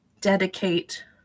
dedicate